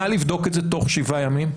נא לבדוק את זה תוך שבעה ימים?